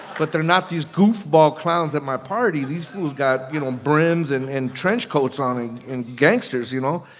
but they're not these goofball clowns at my party. these fools got, you know, brims and and trench coats on and and gangsters, you know.